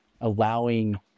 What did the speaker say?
allowing